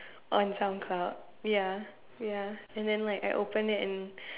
on Soundcloud ya ya and then like I open it and